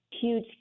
huge